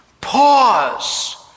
pause